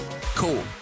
Cool